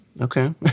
Okay